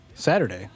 Saturday